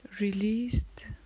released